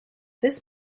this